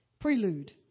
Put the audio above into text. prelude